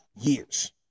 years